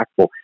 impactful